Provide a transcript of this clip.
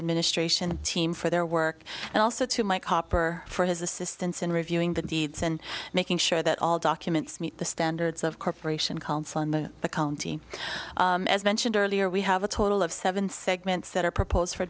administration team for their work and also to my copper for his assistance in reviewing the deeds and making sure that all documents meet the standards of corporation called the county as mentioned earlier we have a total of seven segments that are proposed for